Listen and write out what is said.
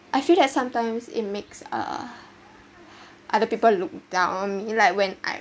I feel like sometimes it makes uh other people look down like when I’m